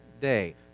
day